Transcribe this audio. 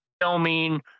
filming